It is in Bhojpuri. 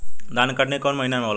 धान के कटनी कौन महीना में होला?